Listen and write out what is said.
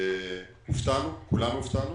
כולנו הופתענו,